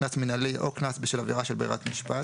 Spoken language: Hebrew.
קנס מינהלי או קנס בשל עבירה של ברירה משפט".